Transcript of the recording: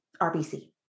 RBC